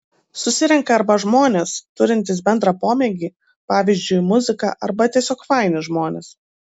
susirenka arba žmonės turintys bendrą pomėgį pavyzdžiui muziką arba tiesiog faini žmonės